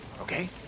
okay